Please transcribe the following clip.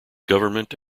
government